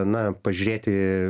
na pažiūrėti